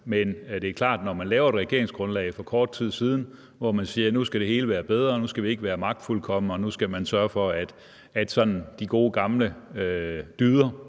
Men det er klart, at når man lavede et regeringsgrundlag for kort tid siden, hvor man sagde, at nu skal det hele være bedre, at nu skal vi ikke være magtfuldkomne, og at man nu skal sørge for, at de gode gamle dyder